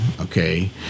Okay